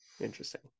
interesting